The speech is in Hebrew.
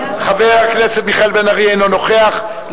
חבר הכנסת מיכאל בן-ארי, אינו נוכח.